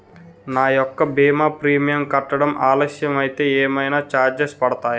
నా యెక్క భీమా ప్రీమియం కట్టడం ఆలస్యం అయితే ఏమైనా చార్జెస్ పడతాయా?